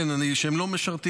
אחרי השירות, כן, הם לא משרתים.